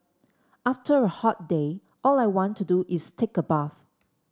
after a hot day all I want to do is take a bath